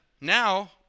Now